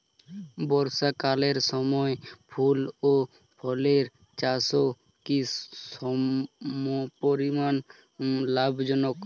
বর্ষাকালের সময় ফুল ও ফলের চাষও কি সমপরিমাণ লাভজনক?